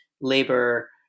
labor